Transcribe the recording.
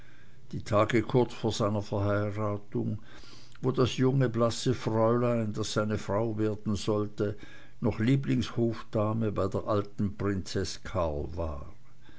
die tage kurz vor seiner verheiratung wo das junge blasse fräulein das seine frau werden sollte noch lieblingshofdame bei der alten prinzeß karl war